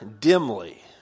dimly